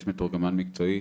יש מתורגמן מקצועי,